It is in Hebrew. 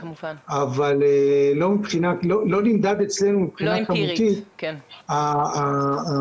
אבל לא נמדד אצלנו מבחינה כמותית הנתונים,